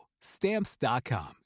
Stamps.com